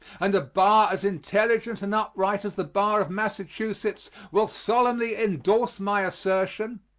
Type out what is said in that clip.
and a bar as intelligent and upright as the bar of massachusetts will solemnly indorse my assertion,